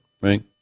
right